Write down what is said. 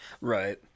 Right